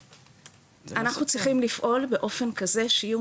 אנחנו צריכים לפעול באופן כזה שיהיו